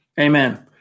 Amen